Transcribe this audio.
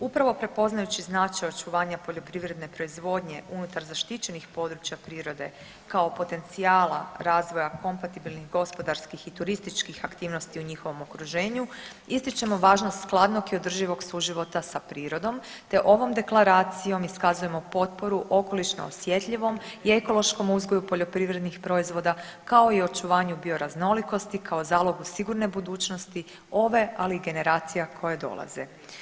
Upravo prepoznajući značaj očuvanja poljoprivredne proizvodnje unutar zaštićenih područja prirode kao potencijala razvoja kompatibilnih gospodarskih i turističkih aktivnosti u njihovom okruženju ističemo važnost skladnog i održivog suživota sa prirodom, te ovom deklaracijom iskazujemo potporu okolišno osjetljivom i ekološkom uzgoju poljoprivrednih proizvoda, kao i očuvanju bioraznolikosti kao zalogu sigurne budućnosti ove, ali i generacija koje dolaze.